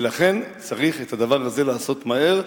ולכן צריך את הדבר הזה לעשות מהר.